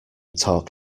talk